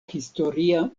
historia